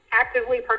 actively